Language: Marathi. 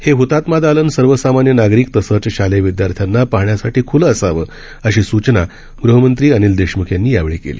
हे हतात्मा दालन सर्वसामान्य नागरिक तसंच शालेय विदयार्थ्यांना पाहण्यासाठी खुलं असावं अशी सुचना ग्हमंत्री अनिल देशमुख यांनी यावेळी केली